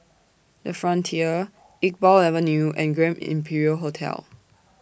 The Frontier Iqbal Avenue and Grand Imperial Hotel